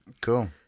Cool